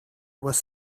was